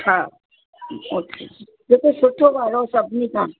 हा ओ थ्री जेको सुठो वारो सभिनी खां